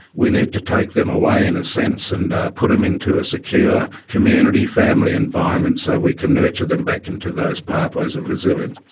we need to take them away and and and put them into a secure community family environment so we can nurture them back into those pathways of resilience.